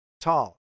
tall